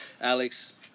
Alex